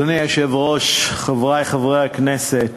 רבות דובר עליו בימים האחרונים,